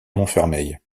montfermeil